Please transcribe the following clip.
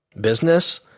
business